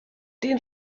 den